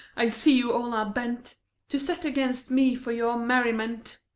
i see you all are bent to set against me for your merriment.